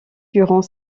durant